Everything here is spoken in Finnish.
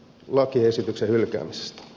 lakiesityksen hylkäämistä